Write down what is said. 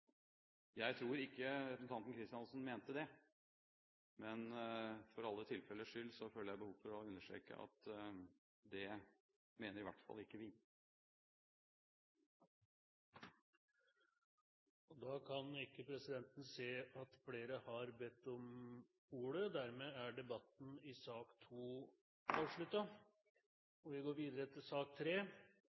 Jeg tror ikke representanten Kristiansen mente det, men for alle tilfeller skyld føler jeg behov for å understreke at det mener i hvert fall ikke vi. Flere har ikke bedt om ordet til sak nr. 2. Som mange andre hugsar eg kor eg var i 3-tida den 11. september 2001. Eg hadde stavra meg ned til